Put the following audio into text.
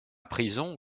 prison